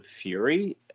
Fury